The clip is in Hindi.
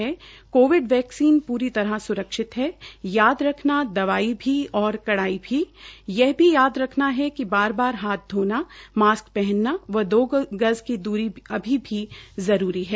कोविड वैक्सीन पूरी तरह सुरक्षित है याद रखना दवाई भी और कड़ाई भी यह भी याद रखना है कि बार बार हाथ धोना मास्क पहनना व दो गज की द्री अभी भी जरूरी है